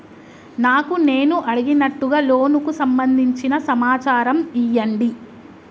నాకు నేను అడిగినట్టుగా లోనుకు సంబందించిన సమాచారం ఇయ్యండి?